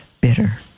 bitter